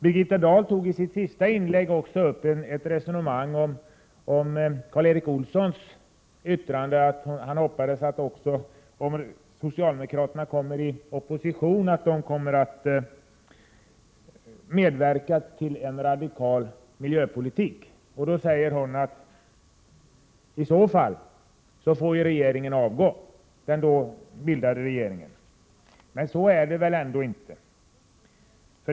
I sitt sista inlägg tog Birgitta Dahl också upp ett resonemang om Karl Erik Olssons yttrande, att han hoppades att socialdemokraterna också om de hamnar i opposition kommer att medverka till en radikal miljöpolitik. I så fall, sade hon, får den då bildade regeringen avgå. Men så är det väl ändå inte?